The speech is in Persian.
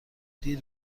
دیر